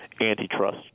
antitrust